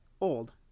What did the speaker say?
old